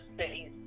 cities